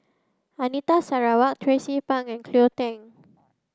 Anita Sarawak Tracie Pang and Cleo Thang